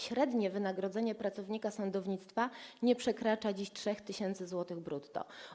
Średnie wynagrodzenie pracownika sądownictwa nie przekracza dziś 3 tys. zł brutto.